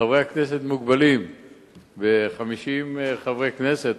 חברי הכנסת מוגבלים ל-50 חברי כנסת,